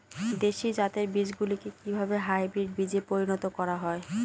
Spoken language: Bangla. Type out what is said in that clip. দেশি জাতের বীজগুলিকে কিভাবে হাইব্রিড বীজে পরিণত করা হয়?